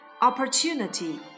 Opportunity